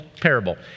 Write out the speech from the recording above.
parable